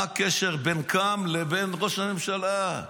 מה הקשר בין קם לבין ראש הממשלה?